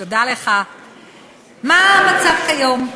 מה המצב כיום.